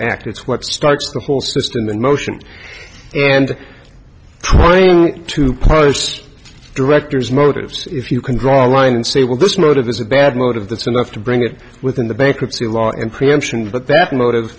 it's what starts the whole system in motion and trying to parse directors motives if you can draw a line and say well this motive is a bad motive that's enough to bring it within the bankruptcy law and preemption